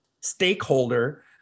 stakeholder